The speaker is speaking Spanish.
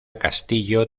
castillo